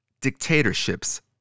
dictatorships